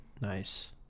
Nice